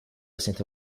senza